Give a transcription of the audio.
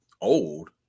old